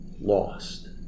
lost